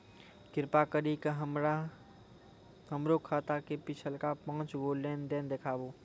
कृपा करि के हमरा हमरो खाता के पिछलका पांच गो लेन देन देखाबो